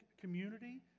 community